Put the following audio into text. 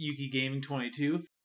YukiGaming22